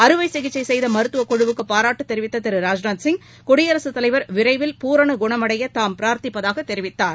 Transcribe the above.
அறுவை சிகிச்சை செய்த மருத்துவக் குழுவுக்கு பாராட்டு தெரிவித்த திரு ராஜ்நாத் சிங் குடியரகத் தலைவர் விரைவில் பூரண குணமடைய தாம் பிரார்த்திப்பதாகத் தெரிவித்தார்